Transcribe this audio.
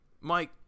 Mike